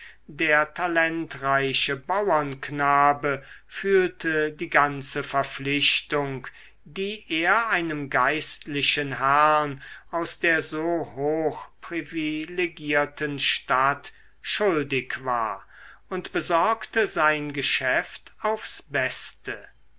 der talentreiche bauernknabe fühlte die ganze verpflichtung die er einem geistlichen herrn aus der so hoch privilegierten stadt schuldig war und besorgte sein geschäft aufs beste